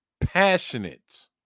passionate